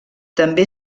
també